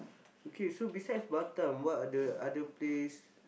okay so besides Batam what are the other place